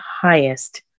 highest